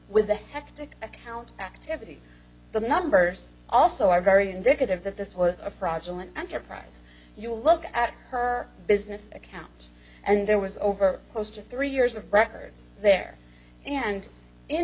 with the hectic account activity the numbers also are very indicative that this was a fraudulent enterprise you look at her business account and there was over close to three years of records there and in